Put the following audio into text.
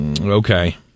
Okay